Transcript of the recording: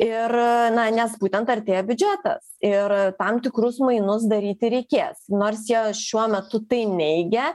ir nes būtent artėja biudžetas ir tam tikrus mainus daryti reikės nors jie šiuo metu tai neigia